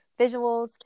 visuals